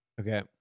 Okay